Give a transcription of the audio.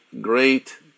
great